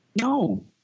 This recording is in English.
No